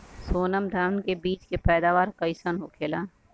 सोनम धान के बिज के पैदावार कइसन होखेला?